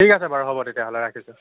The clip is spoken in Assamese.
ঠিক আছে বাৰু হ'ব তেতিয়াহ'লে ৰাখিছোঁ